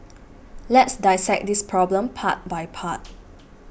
let's dissect this problem part by part